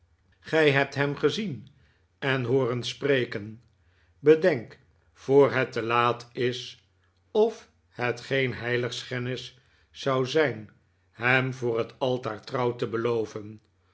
gij hebt hem gezien en hooren spreken bedenk voor net te laat is of het geen heiligschennis zou zijn hem voor het altaar trouw te beloven